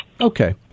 Okay